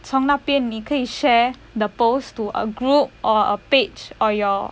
从那边你可以 share the post to a group or a page or your